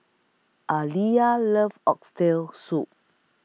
Aaliyah loves Oxtail Soup